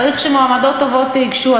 צריך שמועמדות טובות ייגשו.